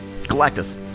Galactus